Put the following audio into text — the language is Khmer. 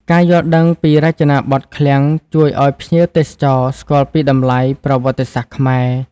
ការយល់ដឹងពីរចនាបថឃ្លាំងជួយឱ្យភ្ញៀវទេសចរស្គាល់ពីតម្លៃប្រវត្តិសាស្ត្រខ្មែរ។